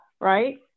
Right